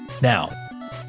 Now